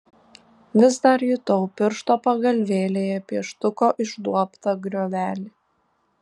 vis dar jutau piršto pagalvėlėje pieštuko išduobtą griovelį